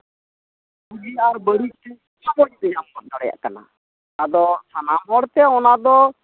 ᱵᱩᱜᱤ ᱟᱨ ᱵᱟᱹᱲᱤᱡ ᱡᱷᱚᱛᱚ ᱜᱮᱛᱚ ᱧᱟᱢ ᱵᱚᱱ ᱫᱟᱲᱭᱟᱜ ᱠᱟᱱᱟ ᱟᱫᱚ ᱥᱟᱱᱟᱢ ᱦᱚᱲᱛᱮ ᱚᱱᱟ ᱫᱚ